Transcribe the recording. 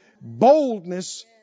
Boldness